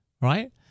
right